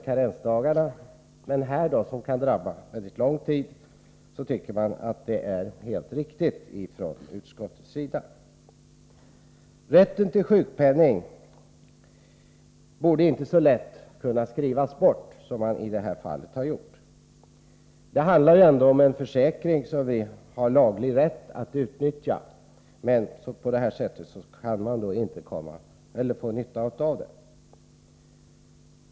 Men den nu genomförda bestämmelsen, som kan orsaka svårigheter under mycket lång tid, tycker utskottet är helt riktig. Rätten till sjukpenning borde inte så lätt kunna skrivas bort som man i det här fallet har gjort. Det handlar ändå om en försäkring som vi har laglig rätt att utnyttja. Men på det här sättet kan man inte få nytta av den.